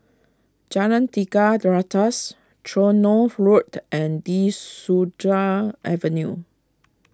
Jalan Tiga Ratus Tronoh Road and De Souza Avenue